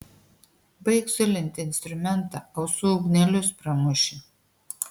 baik zulinti instrumentą ausų būgnelius pramuši